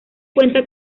cuenta